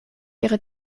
ihre